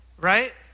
right